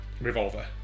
revolver